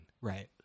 Right